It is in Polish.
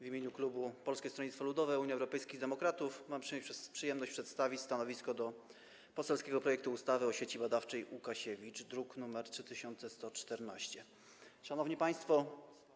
W imieniu klubu Polskiego Stronnictwa Ludowego - Unii Europejskich Demokratów mam przyjemność przedstawić stanowisko odnośnie do poselskiego projektu ustawy o Sieci Badawczej Łukasiewicz, druk nr 3114. Szanowni Państwo!